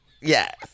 Yes